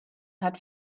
hat